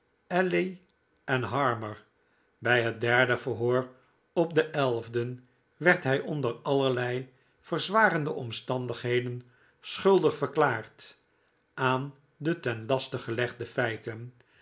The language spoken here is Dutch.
alley en harmer bij het derde verhoor op den elfden werd hij onder allerlei verzwarende omstandigheden schuldig verklaard aan de ten laste gelegde feiten